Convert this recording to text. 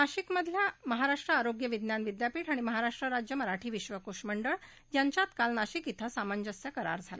नाशिक इथल्या महाराष्ट्र आरोग्य विज्ञान विद्यापीठ आणि महाराष्ट्र राज्य मराठी विधकोश मंडळ यांच्यात काल नाशिक इथं सामंजस्य करार करण्यात आला